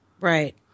Right